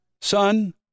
Son